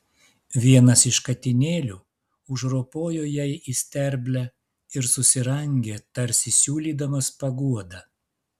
vienas iš katinėlių užropojo jai į sterblę ir susirangė tarsi siūlydamas paguodą